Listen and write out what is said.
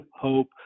hope